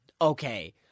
okay